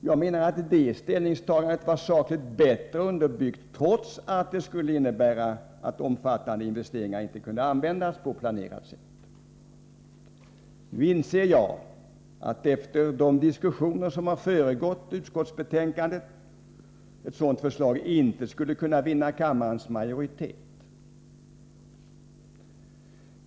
Jag menar att det ställningstagandet sakligt sett var bättre underbyggt, trots att det skulle innebära att omfattande investeringar inte kunde användas på planerat sätt. Nu inser jag, efter de diskussioner som har föregått utskottsbetänkandet, att ett sådant förslag inte skulle kunna vinna kammarens majoritet.